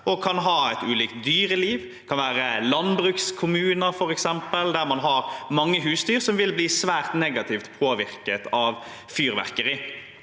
som kan ha ulikt dyreliv; det kan være f.eks. landbrukskommuner der man har mange husdyr som vil bli svært negativt påvirket av fyrverkeri.